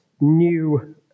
new